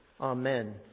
Amen